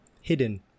hidden